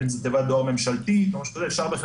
אם זו תיבת דואר ממשלתית או משהו כזה אפשר בהחלט